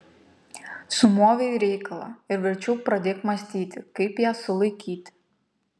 sumovei reikalą ir verčiau pradėk mąstyti kaip ją sulaikyti